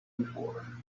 before